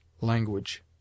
language